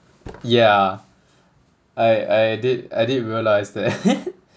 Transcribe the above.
yeah I I did I did realise that